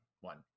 one